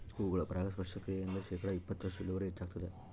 ಹೂಗಳ ಪರಾಗಸ್ಪರ್ಶ ಕ್ರಿಯೆಯಿಂದ ಶೇಕಡಾ ಇಪ್ಪತ್ತರಷ್ಟು ಇಳುವರಿ ಹೆಚ್ಚಾಗ್ತದ